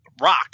rock